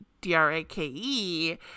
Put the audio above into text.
D-R-A-K-E